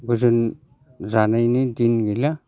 जों जानायनि दिन गैला